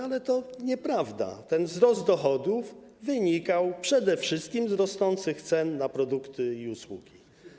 Ale to nieprawda, ten wzrost dochodów wynikał przede wszystkim z rosnących cen produktów i usług.